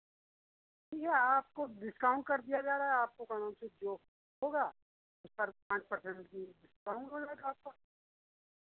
ठीक है आपको डिस्काउंट कर दिया जा रहा है आपको क्या नाम से जो होगा उस पर पाँच पर्सेंट की डिस्काउंट हो जाएगा आपका